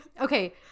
okay